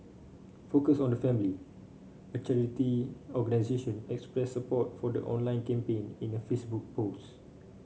focus on the family a charity organisation expressed support for the online campaign in a Facebook post